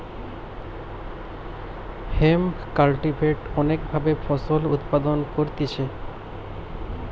hemp cultivate অনেক ভাবে ফসল উৎপাদন করতিছে